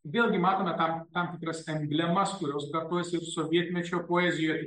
vėlgi matome tam tam tikras emblemas kurios kartojasi ir sovietmečio poezijoj